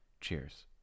cheers